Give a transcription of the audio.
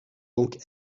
donc